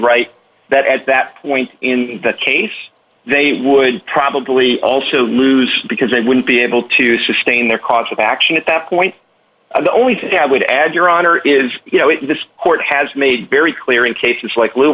right that at that point in that case they would probably also lose because they wouldn't be able to sustain their cause of action at that point and the only thing i would add your honor is you know this court has made very clear in cases like